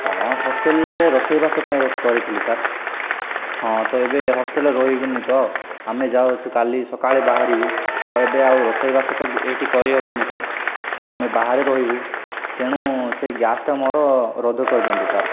ହଁ ହଷ୍ଟେଲରେ ରୋଷେଇବାସ ପାଇଁ କରିଥିଲି ସାର୍ ହଁ ତ ଏବେ ହଷ୍ଟେଲରେ ରହିବୁନି ତ ଆମେ ଯାଉଛୁ କାଲି ସକାଳେ ବାହାରିବୁ ତ ଏବେ ଆଉ ରୋଷେଇବାସ ତ ଏଇଠି କରିହେବନି ସାର୍ ତ ଆମେ ବାହାରେ ରହିବୁ ତେଣୁ ସେଇ ଗ୍ୟାସ୍ଟା ମୋର ରଧ୍ୟ କରିଦିଅନ୍ତୁ ସାର୍